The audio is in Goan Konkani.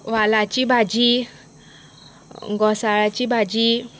वालाची भाजी घोसाळ्याची भाजी